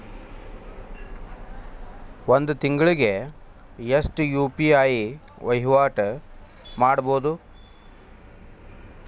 ಒಂದ್ ತಿಂಗಳಿಗೆ ಎಷ್ಟ ಯು.ಪಿ.ಐ ವಹಿವಾಟ ಮಾಡಬೋದು?